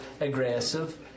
aggressive